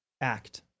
act